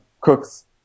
cooks